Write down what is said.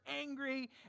angry